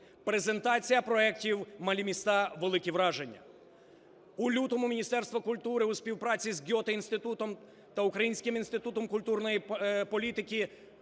Презентація проектів "Малі міста – великі враження". У лютому міністерство культури у співпраці з Гете-Інститутом та Українським інститутом культурної політики